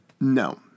No